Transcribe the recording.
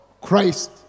Christ